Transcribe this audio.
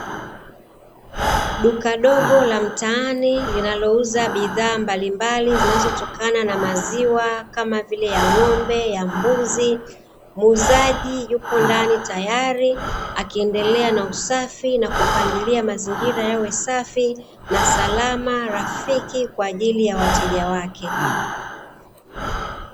Duka dogo la mtani linalouza bídhaa mbalimbali zinazotokana na maziwa kwa vile ya ngombe ya mbuzi. Muuzaji yupo ndani tayari akiendelea na usafi, akipangilia mazingira yawe safi na salama , rafiki kwaajili ya wateja wake .